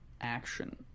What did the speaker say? action